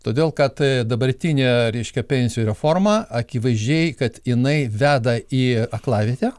todėl kad dabartinė reiškia pensijų reforma akivaizdžiai kad jinai veda į aklavietę